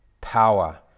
power